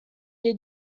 dei